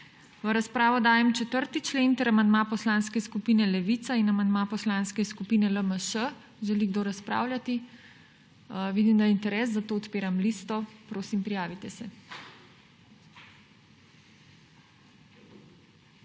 V razpravo dajem 4. člen ter amandma Poslanske skupine Levica in amandma Poslanske skupine LMŠ. Želi kdo razpravljati? Vidim, da je interes. Odpiram listo. Prosim, prijavite se.